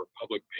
public